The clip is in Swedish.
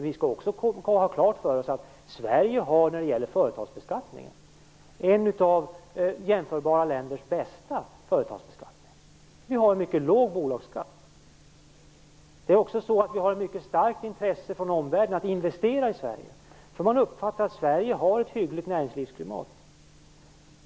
Vi skall också ha klart för oss att Sverige har en av jämförbara länders bästa företagsbeskattning. Vi har en mycket låg bolagsskatt. Det finns ett mycket starkt intresse från omvärlden att investera i Sverige. Man uppfattar att Sverige har ett hyggligt näringsklimat.